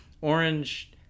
Orange